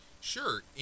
Sure